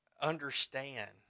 understand